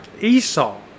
Esau